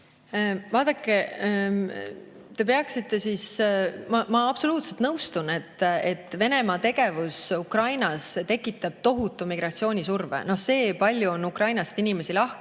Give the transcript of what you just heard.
Vaadake, te peaksite siis ... Ma absoluutselt nõustun, et Venemaa tegevus Ukrainas tekitab tohutu migratsioonisurve. See, kui palju on Ukrainast inimesi lahkunud